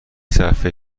صفحه